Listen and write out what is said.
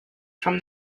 from